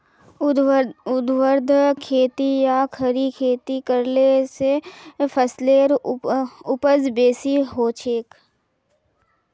ऊर्ध्वाधर खेती या खड़ी खेती करले स फसलेर उपज बेसी हछेक